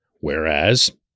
Whereas